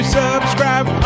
subscribe